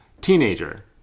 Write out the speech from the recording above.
Teenager